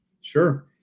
Sure